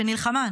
שנלחמה,